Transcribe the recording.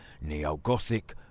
neo-Gothic